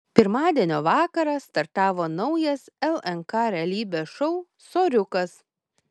pirmadienio vakarą startavo naujas lnk realybės šou soriukas